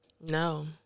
No